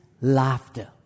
laughter